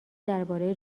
درباره